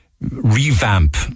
revamp